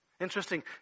Interesting